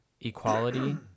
Equality